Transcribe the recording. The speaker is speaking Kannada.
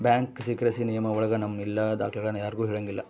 ಬ್ಯಾಂಕ್ ಸೀಕ್ರೆಸಿ ನಿಯಮ ಒಳಗ ನಮ್ ಎಲ್ಲ ದಾಖ್ಲೆನ ಯಾರ್ಗೂ ಹೇಳಂಗಿಲ್ಲ